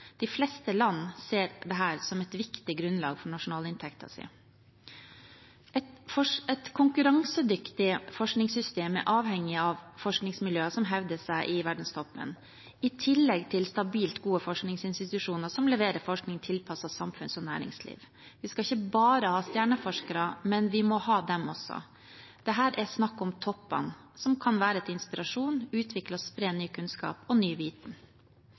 De fleste land ser dette som et viktig grunnlag for nasjonalinntekten sin. Et konkurransedyktig forskningssystem er avhengig av forskningsmiljøer som hevder seg i verdenstoppen, i tillegg til stabilt gode forskningsinstitusjoner som leverer forskning tilpasset samfunns- og næringsliv. Vi skal ikke bare ha stjerneforskere, men vi må ha dem også. Det er her snakk om toppene, som kan være til inspirasjon og utvikle og spre ny kunnskap og ny viten,